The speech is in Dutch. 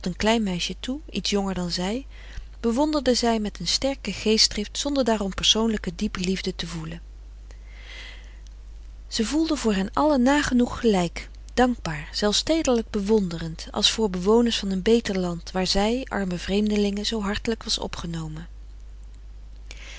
een klein meisje toe iets jonger dan zij bewonderde zij met een sterke geestdrift zonder daarom persoonlijke diepe liefde te voelen ze voelde voor hen allen nagenoeg gelijk dankbaar zelfs teederlijk bewonderend als voor bewoners van een beter land waar zij arme vreemdelinge zoo hartelijk was opgenomen